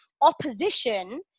opposition